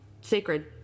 Sacred